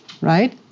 right